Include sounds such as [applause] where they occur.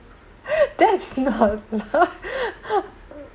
[laughs] that's not [laughs]